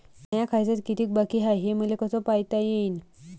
माया खात्यात कितीक बाकी हाय, हे मले कस पायता येईन?